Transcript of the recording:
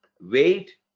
weight